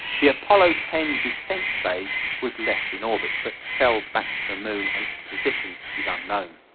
the apollo ten descent stage was left in orbit but fell back to the moon and it's position is unknown.